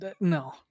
no